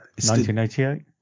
1988